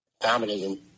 dominating